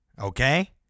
Okay